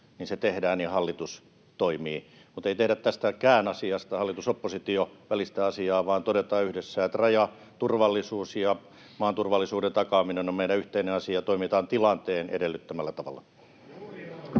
niin se tehdään ja hallitus toimii, mutta ei tehdä tästäkään asiasta hallitus—oppositio-välistä asiaa, vaan todetaan yhdessä, että rajaturvallisuus ja maan turvallisuuden takaaminen on meidän yhteinen asia. Toimitaan tilanteen edellyttämällä tavalla.